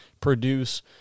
produce